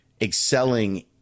excelling